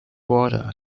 border